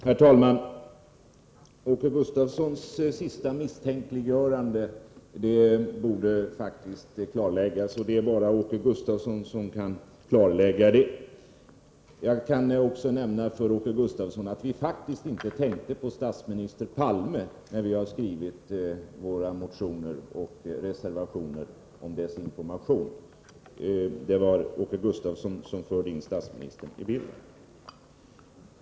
Herr talman! Åke Gustavssons sista misstänkliggörande borde faktiskt klarläggas, och det är bara Åke Gustavsson som kan klarlägga det. Jag kan också nämna för Åke Gustavsson att vi inte tänkte på statsminister Palme när vi skrev våra motioner och reservationer om desinformation. Det var Åke Gustavsson som förde in statsministern i bilden.